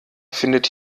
findet